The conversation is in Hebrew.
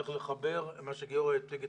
צריך לחבר מה שגיורא הציג,